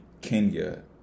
Kenya